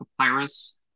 papyrus